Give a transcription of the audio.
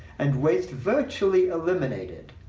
and waste virtually eliminated,